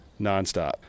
nonstop